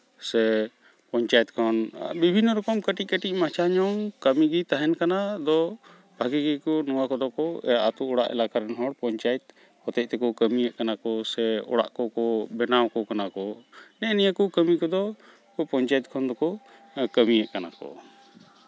ᱥᱮ ᱯᱚᱧᱪᱟᱭᱮᱛ ᱠᱷᱚᱱ ᱵᱤᱵᱷᱤᱱᱱᱚ ᱨᱚᱠᱚᱢ ᱠᱟᱹᱴᱤᱡ ᱠᱟᱹᱴᱤᱡ ᱢᱟᱪᱷᱟ ᱧᱚᱜ ᱠᱟᱹᱢᱤᱜᱮ ᱛᱟᱦᱮᱱ ᱠᱟᱱᱟ ᱟᱫᱚ ᱵᱷᱟᱹᱜᱤ ᱜᱮᱠᱚ ᱱᱚᱣᱟ ᱠᱚᱫᱚ ᱠᱚ ᱟᱛᱳ ᱚᱲᱟᱜ ᱮᱞᱟᱠᱟ ᱨᱮᱱ ᱦᱚᱲ ᱯᱚᱧᱪᱟᱭᱮᱛ ᱦᱚᱛᱮᱡ ᱛᱮᱠᱚ ᱠᱟᱹᱢᱤᱭᱮᱫ ᱠᱟᱱᱟ ᱠᱚ ᱥᱮ ᱚᱲᱟᱜ ᱠᱚᱠᱚ ᱵᱮᱱᱟᱣ ᱟᱠᱚ ᱠᱟᱱᱟ ᱠᱚ ᱱᱮᱜᱼᱮ ᱱᱤᱭᱟᱹ ᱠᱚ ᱠᱟᱹᱢᱤ ᱠᱚᱫᱚ ᱩᱱᱞᱩ ᱯᱚᱧᱪᱟᱭᱮᱛ ᱠᱷᱚᱱ ᱫᱚᱠᱚ ᱠᱟᱹᱢᱤᱭᱮᱫ ᱠᱟᱱᱟ ᱠᱚ